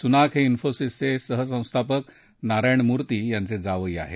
सुनाक हे िकोसीसचे सहसंस्थापक नारायण मूर्ती यांचे जावई आहेत